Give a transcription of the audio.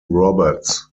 roberts